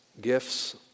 gifts